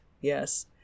Yes